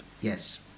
yes